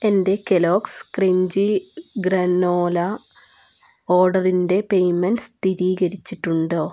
എന്റെ Kellogg's crunchy granola ഓർഡറിന്റെ payments സ്ഥിരീകരിച്ചിട്ടുണ്ടോ